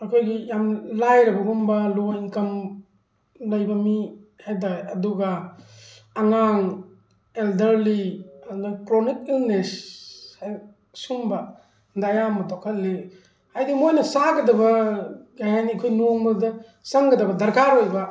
ꯑꯩꯈꯣꯏꯒꯤ ꯌꯥꯝ ꯂꯥꯏꯔꯕꯒꯨꯝꯕ ꯂꯣ ꯏꯟꯀꯝ ꯂꯩꯕ ꯃꯤ ꯍꯥꯏꯕꯇꯥꯔꯦ ꯑꯗꯨꯒ ꯑꯉꯥꯡ ꯑꯜꯗꯔꯂꯤ ꯑꯗꯩ ꯀ꯭ꯔꯣꯅꯤꯛ ꯏꯜꯅꯦꯁ ꯁꯨꯝꯕꯗ ꯑꯌꯥꯝꯕ ꯊꯣꯛꯍꯜꯂꯤ ꯍꯥꯏꯗꯤ ꯃꯣꯏꯅ ꯆꯥꯒꯗꯕ ꯀꯩꯍꯥꯏꯅꯤ ꯑꯩꯈꯣꯏ ꯅꯣꯡꯃꯗ ꯆꯪꯒꯗꯕ ꯗꯔꯀꯥꯔ ꯑꯣꯏꯕ